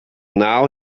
now